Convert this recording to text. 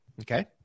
Okay